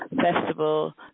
festival